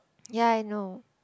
ya I know